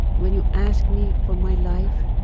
when you ask me for my life,